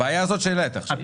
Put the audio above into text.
הבעיה הזאת שהעלית עכשיו.